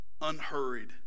unhurried